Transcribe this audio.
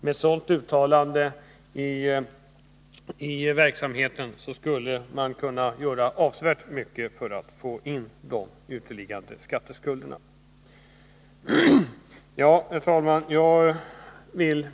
Med ett sådant uttalande från regering och riksdag skulle kronofogdemyndigheterna kunna åstadkomma mycket när det gäller att få in uteliggande skatteskulder. Herr talman!